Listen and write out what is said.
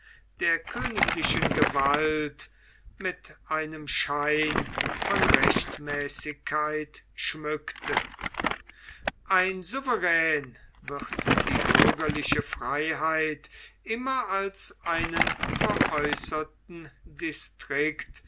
der königlichen gewalt mit einem schein von rechtmäßigkeit schmückte ein souverän wird die bürgerliche freiheit immer als einen veräußerten